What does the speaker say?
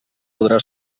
podrà